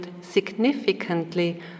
significantly